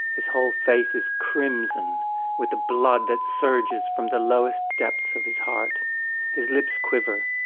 his whole face is crimson with the blood that surges from the lowest depths of his heart his lips quiver,